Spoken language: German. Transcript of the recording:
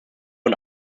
und